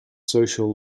social